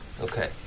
okay